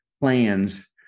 plans